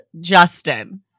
Justin